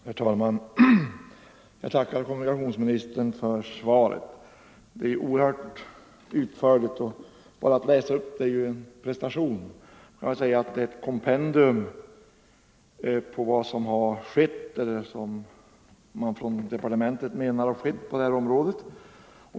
Herr talman! Jag tackar kommunikationsministern för svaret. Det är oerhört utförligt, och bara att läsa upp det är en prestation. Det är ett helt kompendium av vad som man från departementet anser har skett på det här området.